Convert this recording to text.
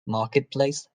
marketplace